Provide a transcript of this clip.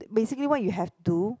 basically what you have to